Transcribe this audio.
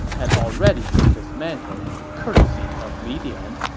had already been dismantled, courtesy of li dian.